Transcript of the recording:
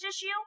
issue